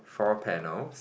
four panels